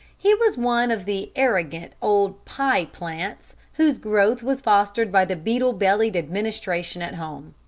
he was one of the arrogant old pie-plants whose growth was fostered by the beetle-bellied administration at home.